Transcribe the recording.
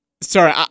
Sorry